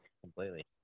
completely